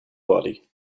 body